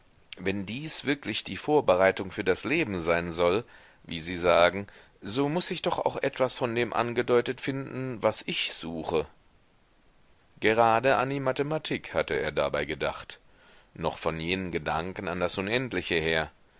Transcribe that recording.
wenn dies wirklich die vorbereitung für das leben sein soll wie sie sagen so muß sich doch auch etwas von dem angedeutet finden was ich suche gerade an die mathematik hatte er dabei gedacht noch von jenen gedanken an das unendliche her